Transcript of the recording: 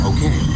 Okay